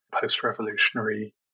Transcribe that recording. post-revolutionary